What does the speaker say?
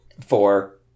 four